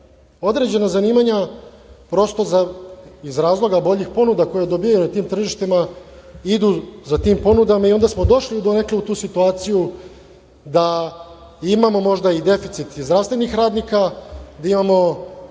Određena zanimanja, prosto iz razloga boljih ponuda koje dobijaju na tim tržištima, idu za tim ponudama i onda smo došli donekle u tu situaciju da imamo možda i deficit i zdravstvenih radnika, da imamo